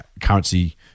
currency